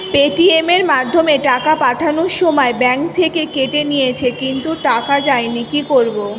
Paytm এর মাধ্যমে টাকা পাঠানোর সময় ব্যাংক থেকে কেটে নিয়েছে কিন্তু টাকা যায়নি কি করব?